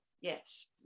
Yes